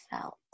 felt